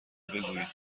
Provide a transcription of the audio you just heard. بگویید